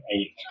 Eight